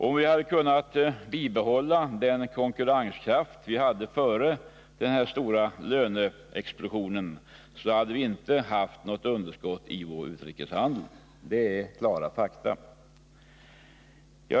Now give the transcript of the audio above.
Om vi hade kunnat bibehålla den konkurrenskraft vi hade före den stora löneexplosionen, hade vi definitivt inte haft något underskott i utrikeshandeln.